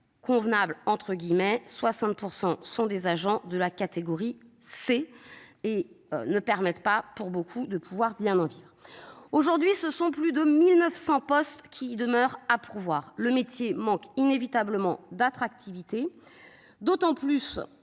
Convenable entre guillemets, 60% sont des agents de la catégorie C et ne permettent pas pour beaucoup de pouvoir bien en vivre aujourd'hui ce sont plus de 1900 postes qui demeure à pourvoir le métier manques inévitablement d'attractivité. D'autant plus